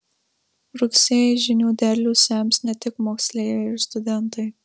rugsėjį žinių derlių sems ne tik moksleiviai ir studentai